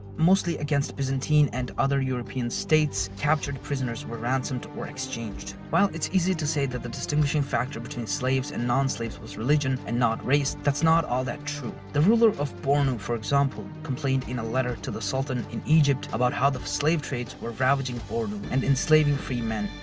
mostly against byzantine and other european states, captured prisoners were ransomed or exchanged. while, it's easy to say that the distinguishing factor between slaves and non-slaves was religion and not race, that's not all that true. the ruler of bornu, for example, complained in a letter to the sultan in egypt about how the slave traders were ravaging bornu and enslaving freemen,